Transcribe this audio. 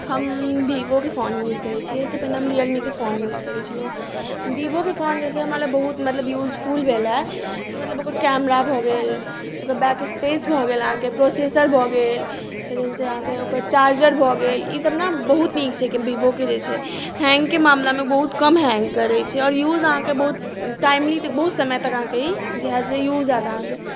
हम विवोके phone use करैत छियै एहिसँ पहिने हम रियलमीके फोन यूज करैत छलहुँ विवोके फोन जे छै मतलब हमरा लेल बहुत यूजफुल भेल हँ कि मतलब ओकर कैमरा भऽ गेल ओकर बैक स्पेस भऽ गेल अहाँकेँ प्रोसेसर भऽ गेल तखन से अहाँकेँ ओकर चार्जर भऽ गेल ई सभ ने बहुत नीक छै अखन विवोके जे छै हैङ्गके मामलामे बहुत कम हैङ्ग करैत छै आओर यूज अहाँकेँ बहुत टाइमली तक बहुत समय तक अहाँकेँ ई जे होयत से यूज होयत अहाँकेँ